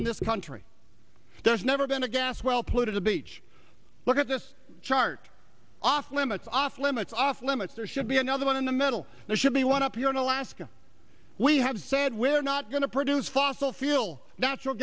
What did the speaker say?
in this country does never been a gas well polluted a beach look at this chart off limits off limits off limits there should be another one in the middle there should be one up here in alaska we have said we're not going to produce fossil feel natural